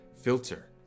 filter